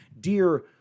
Dear